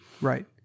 right